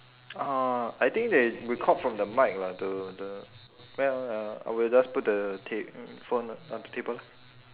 uh I think they record from the mic lah the the well uh well I'll just put the ta~ mm phone on the table lah